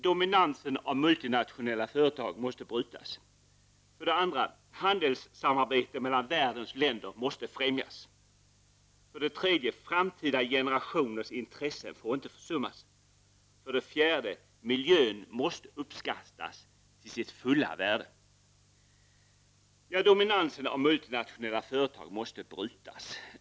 Dominansen av multinationella företag måste brytas 2. Handelssamarbete mellan världens länder måste främjas 3. Framtida generationers intressen får inte försummas 4. Miljön måste uppskattas till sitt fulla värde 1. Dominansen av multinationella företag måste brytas.